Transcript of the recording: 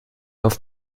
auf